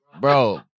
Bro